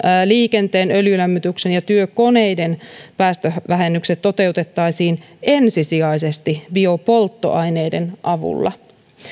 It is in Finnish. liikenteen öljylämmityksen ja työkoneiden päästövähennykset toteutettaisiin ensisijaisesti biopolttoaineiden avulla